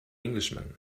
englishman